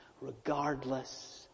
regardless